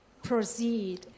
Proceed